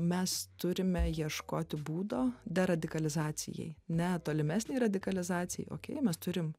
mes turime ieškoti būdo dar radikalizacijai ne tolimesnei radikalizacijai okei mes turim